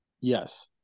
Yes